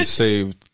saved